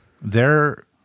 they're-